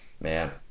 man